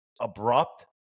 abrupt